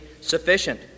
sufficient